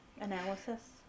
Analysis